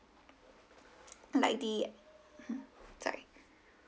like the sorry